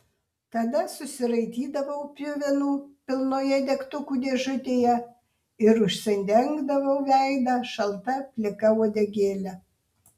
tada susiraitydavau pjuvenų pilnoje degtukų dėžutėje ir užsidengdavau veidą šalta plika uodegėle